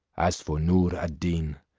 as for noor ad deen,